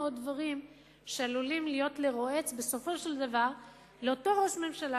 מאוד דברים שבסופו של דבר עלולים להיות לרועץ לאותו ראש ממשלה